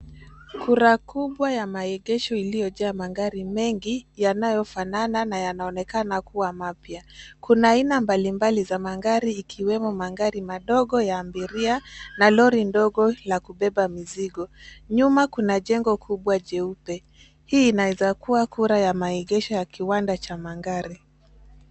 Kura kubwa ya maegesho iliyojaa magari mengi yanayofanana na yanaonekana kuwa mapya. Kuna aina mbalimbali za magari ikiwemo magari madogo ya abiria na lori ndogo la kubeba mizigo. Nyuma kuna jengo kubwa jeupe, hii inaeza kuwa kura ya maegesho ya kiwanda cha magari.